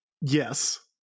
Yes